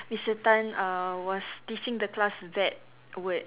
Mister Tan uh was teaching the class that would